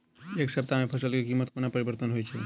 एक सप्ताह मे फसल केँ कीमत कोना परिवर्तन होइ छै?